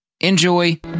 Enjoy